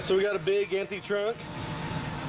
so we got a big empty truck